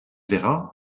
véran